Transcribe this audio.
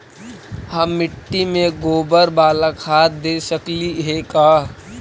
हम मिट्टी में गोबर बाला खाद दे सकली हे का?